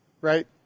right